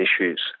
issues